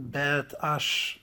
bet aš